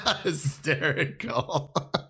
hysterical